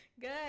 Good